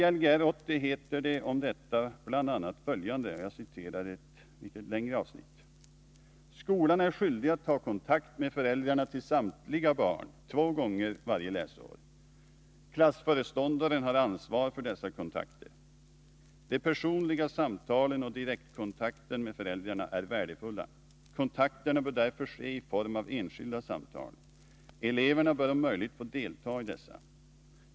I Lgr 80 heter det om detta bl.a.: ”Skolan är skyldig att ta kontakt med föräldrarna till samtliga barn två gånger varje läsår. Klassföreståndaren har ansvar för dessa kontakter. De personliga samtalen och direktkontakten med föräldrarna är värdefulla. Kontakterna bör därför ske i form av enskilda samtal. Eleverna bör om möjligt få delta i dessa.